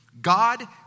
God